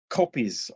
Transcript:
copies